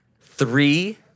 Three